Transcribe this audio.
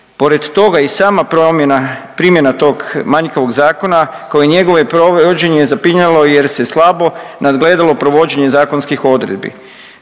Pored toga i sama promjena, primjena tog manjkavog zakona, kao i njegovo provođenje, zapinjalo je jer se slabo nagledalo provođenje zakonskih odredbi.